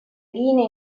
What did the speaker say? linee